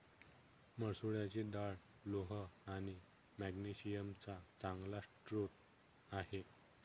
मसुराची डाळ लोह आणि मॅग्नेशिअम चा चांगला स्रोत आहे